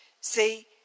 See